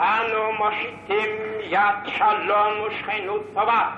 "אנו מושיטים יד שלום ושכנות טובה